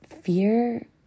fear